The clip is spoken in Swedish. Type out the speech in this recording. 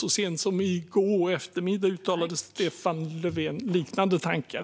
Så sent som i går eftermiddag uttalade Stefan Löfven liknande tankar.